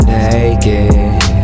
naked